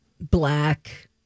black